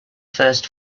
first